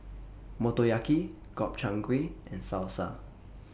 Motoyaki Gobchang Gui and Salsa